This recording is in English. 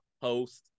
host